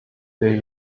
they